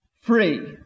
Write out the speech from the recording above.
free